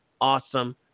awesome